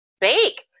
bake